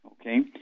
Okay